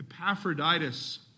Epaphroditus